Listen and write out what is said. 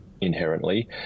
inherently